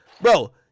Bro